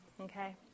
Okay